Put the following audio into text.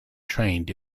trained